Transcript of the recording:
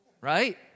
right